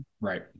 Right